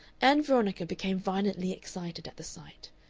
ann veronica became violently excited at the sight.